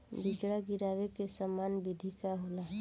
बिचड़ा गिरावे के सामान्य विधि का होला?